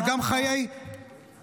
אבל גם חיי יהודים.